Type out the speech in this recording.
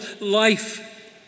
life